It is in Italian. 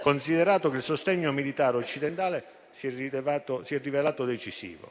considerato che il sostegno militare occidentale si è rivelato decisivo.